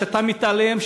שאתה מתעלם,